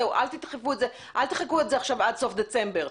אל תחכו לסוף דצמבר.